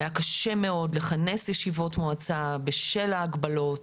היה קשה מאוד לכנס ישיבות מועצה בשל ההגבלות